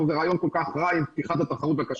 זה רעיון רע עם פתיחת התחרות לכשרות.